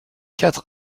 quatre